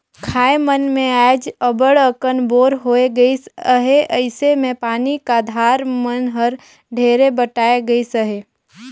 खाएर मन मे आएज अब्बड़ अकन बोर होए गइस अहे अइसे मे पानी का धार मन हर ढेरे बटाए गइस अहे